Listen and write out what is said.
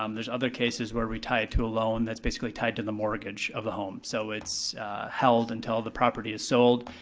um there's other cases where we tie it to a loan that's basically tied to the mortgage of the home. so it's held until the property is sold.